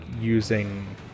using